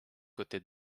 côté